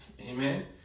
Amen